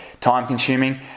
time-consuming